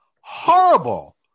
Horrible